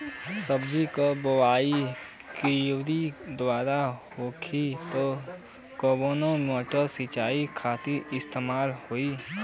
सब्जी के बोवाई क्यारी दार होखि त कवन मोटर सिंचाई खातिर इस्तेमाल होई?